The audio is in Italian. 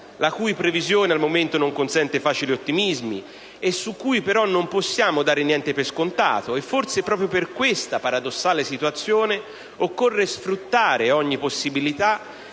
la cui previsione al momento non consente facili ottimismi e su cui però non possiamo dare niente per scontato. Forse, proprio per questa paradossale situazione, occorre sfruttare ogni possibilità